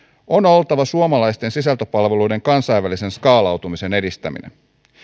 on oltava suomalaisten sisältöpalveluiden kansainvälisen skaalautumisen edistäminen